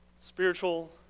spiritual